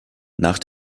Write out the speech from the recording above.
nach